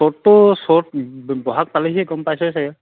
চ'তটো চ'ত ব'হাগ পালেহিয়েই গম পাইছয়ে চাগে